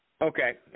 Okay